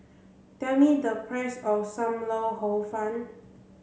tell me the price of Sam Lau Hor Fun